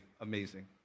amazing